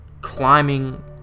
climbing